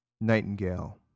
Nightingale